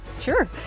sure